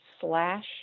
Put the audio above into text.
slash